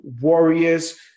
warriors